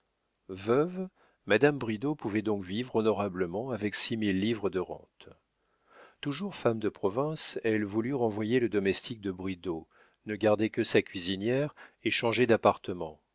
madame bridau pouvait donc vivre honorablement avec six mille livres de rente toujours femme de province elle voulut renvoyer le domestique de bridau ne garder que sa cuisinière et changer d'appartement